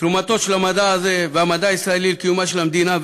תרומתו של המדע הזה והמדע הישראלי לקיומה של המדינה,